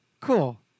cool